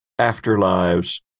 afterlives